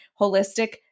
holistic